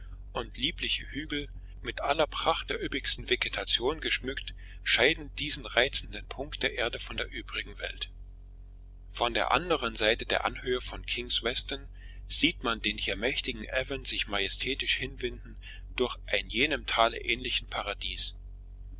und liebliche hügel mit aller pracht der üppigsten vegetation geschmückt scheiden diesen reizenden punkt der erde von der übrigen welt von der anderen seite der anhöhe von king's weston sieht man den hier mächtigen avon sich majestätisch hinwinden durch ein jenem tale ähnlichen paradies